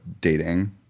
dating